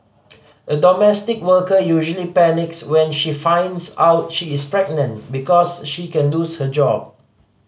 a domestic worker usually panics when she finds out she is pregnant because she can lose her job